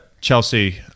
Chelsea